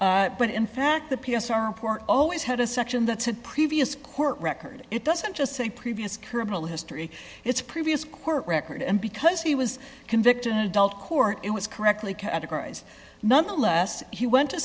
e but in fact the p s r report always had a section that said previous court record it doesn't just say previous criminal history it's previous court record and because he was convicted in adult court it was correctly categorized nonetheless he went to